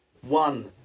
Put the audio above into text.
One